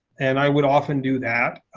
and i would often do that.